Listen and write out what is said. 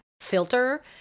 filter